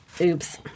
Oops